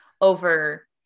over